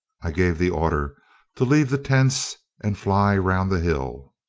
i gave the order to leave the tents and fly round the hill.